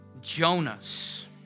Jonas